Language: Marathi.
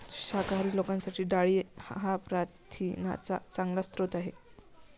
शाकाहारी लोकांसाठी डाळी हा प्रथिनांचा चांगला स्रोत आहे